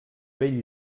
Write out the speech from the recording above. bell